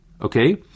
okay